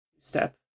step